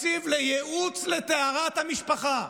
תקציב לייעוץ לטהרת המשפחה.